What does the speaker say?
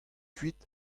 kuit